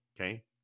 okay